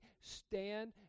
Stand